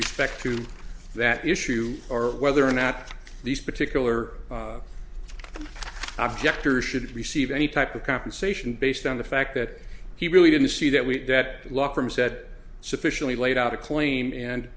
respect to that issue or whether or not these particular object or should receive any type of compensation based on the fact that he really didn't see that we deadlock from said sufficiently laid out a claim and